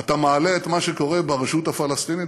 אתה מעלה את מה שקורה ברשות הפלסטינית?